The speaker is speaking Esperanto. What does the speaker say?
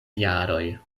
jaroj